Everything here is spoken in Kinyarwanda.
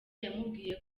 yamubwiye